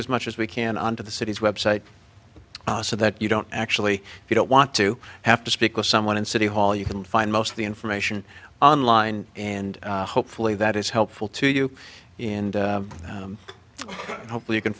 as much as we can on to the city's website so that you don't actually if you don't want to have to speak with someone in city hall you can find most of the information online and hopefully that is helpful to you in hopefully you can